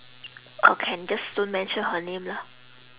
orh can just don't mention her name lah